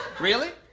really?